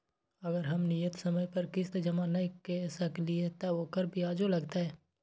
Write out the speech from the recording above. अगर हम नियत समय पर किस्त जमा नय के सकलिए त ओकर ब्याजो लगतै?